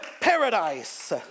paradise